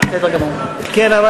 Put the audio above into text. כן,